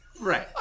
Right